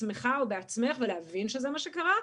בעצמךָ או בעצמךְ ולהבין שזה מה שקרה,